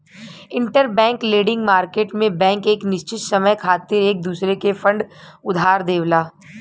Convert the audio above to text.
interbank lending market में bank एक निश्चित समय खातिर एक दूसरे के फंड उधार देवला